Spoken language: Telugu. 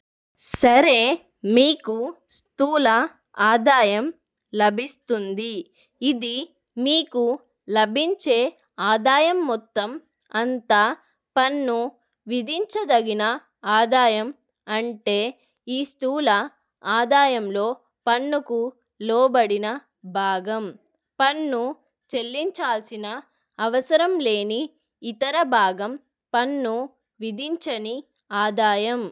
సరే మీకు స్థూల ఆదాయం లభిస్తుంది ఇది మీకు లభించే ఆదాయం మొత్తం అంతా పన్ను విధించదగిన ఆదాయం అంటే ఈ స్థూల ఆదాయంలో పన్నుకు లోబడిన భాగం పన్ను చెల్లించాల్సిన అవసరం లేని ఇతర భాగం పన్ను విధించని ఆదాయం